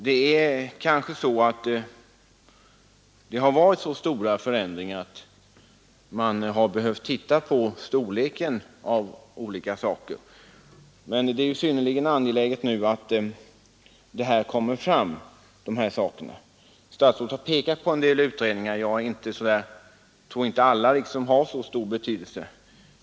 Förändringarna har kanske varit sådana att man behövt se över storleken för en del saker, men det är synnerligen angeläget att lokalfrågorna nu löses. Statsrådet har pekat på en del utredningar. Jag tror inte att alla har så stor betydelse.